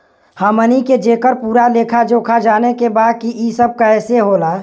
हमनी के जेकर पूरा लेखा जोखा जाने के बा की ई सब कैसे होला?